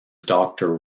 doctor